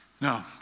no